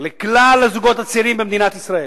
לכלל הזוגות הצעירים במדינת ישראל,